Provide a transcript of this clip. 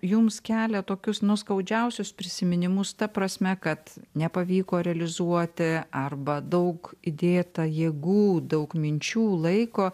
jums kelia tokius nu skaudžiausius prisiminimus ta prasme kad nepavyko realizuoti arba daug įdėta jėgų daug minčių laiko